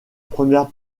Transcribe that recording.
première